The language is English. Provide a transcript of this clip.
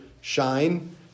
Shine